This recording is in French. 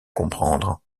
comprendre